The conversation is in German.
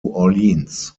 orleans